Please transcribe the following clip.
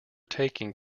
taking